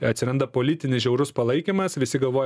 atsiranda politinis žiaurus palaikymas visi galvoja